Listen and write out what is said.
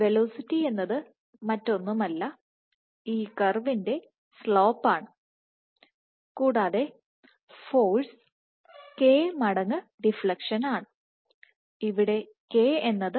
velocity എന്നത് മറ്റൊന്നുമല്ല ഈ കർവിൻറെ സ്ലോപ്പ് ആണ് കൂടാതെ ഫോഴ്സ് k മടങ്ങ് ഡിഫ്ളെക്ഷൻ ആണ്